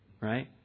right